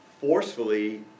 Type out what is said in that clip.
forcefully